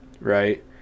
right